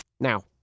Now